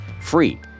free